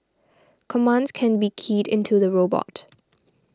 commands can be keyed into the robot